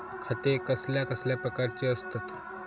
खाते कसल्या कसल्या प्रकारची असतत?